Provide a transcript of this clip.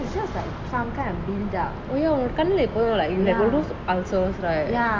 உன் கண்ணுல எதோ:un kannula etho you have like those kind of ulcers right